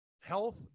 health